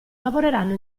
lavoreranno